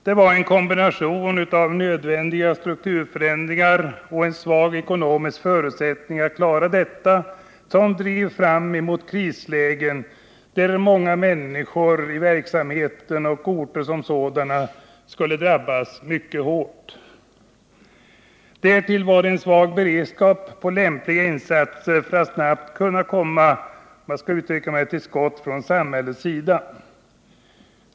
Det var en kombination av nödvändiga strukturförändringar och svaga ekonomiska förutsättningar att klara dem som drev fram mot krislägen där många människor och även orter som sådana drabbades mycket hårt. Därtill var det en svag beredskap för lämpliga insatser för att snabbt kunna komma till skott, för att uttrycka sig så, från samhällets sida.